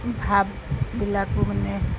ভাববিলাকো মানে